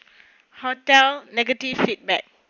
hotel negative feedback